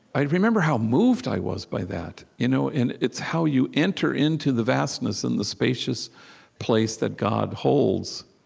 i remember how moved i was by that. you know and it's how you enter into the vastness and the spacious place that god holds.